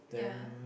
yeah